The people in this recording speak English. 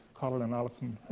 colin and alison,